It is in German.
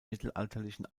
mittelalterlichen